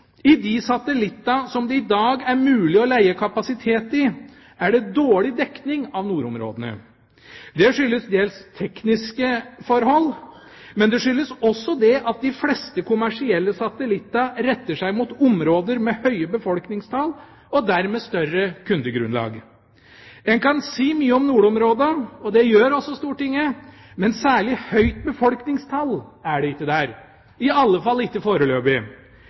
I de satellittene som det i dag er mulig å leie kapasitet i, er det dårlig dekning av nordområdene. Det skyldes dels tekniske forhold, men det skyldes også at de fleste kommersielle satellittene retter seg mot områder med høye befolkningstall og dermed større kundegrunnlag. En kan si mye om nordområdene, og det gjør også Stortinget, men særlig høyt befolkningstall er det ikke der, i alle fall ikke foreløpig.